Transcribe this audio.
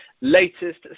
latest